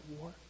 war